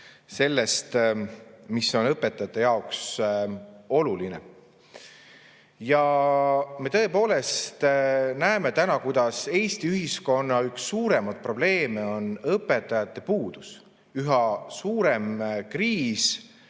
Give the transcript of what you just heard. sellest, mis on õpetajate jaoks oluline. Ja me tõepoolest näeme täna, et Eesti ühiskonna suurimaid probleeme on õpetajate puudus. Üha suurem kriis,